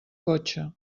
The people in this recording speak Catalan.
cotxe